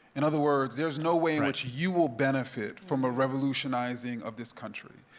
in other words, there's no way in which you will benefit from a revolutionizing of this country,